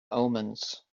omens